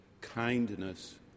kindness